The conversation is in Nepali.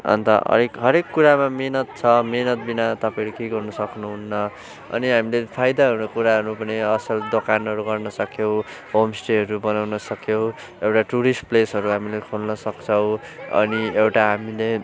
अन्त हरेक हरेक कुरामा मेहनत छ मेहनतबिना तपाईँहरू केही गर्नु सक्नुहुन्न अनि हामीले फाइदाहरूको कुराहरू पनि असल दोकानहरू गर्न सक्यौँ होमस्टेहरू बनाउन सक्यौँ एउटा टुरिस्ट प्लेसहरू हामीले खोल्न सक्छौँ अनि एउटा हामीले